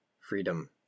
freedom